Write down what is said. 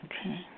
Okay